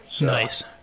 Nice